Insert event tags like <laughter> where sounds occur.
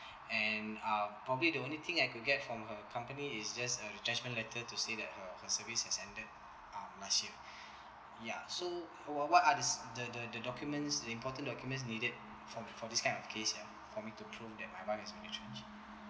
and um probably the only thing I could get from her company is just a retrenchment letter to say that her her service has ended um last year <breath> ya so what what others the the documents important documents needed for for this kind of case ya for me to prove that wife has been retrenched